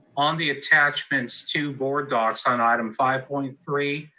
on the attachments to board docs on item five point three,